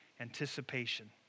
anticipation